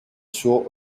suo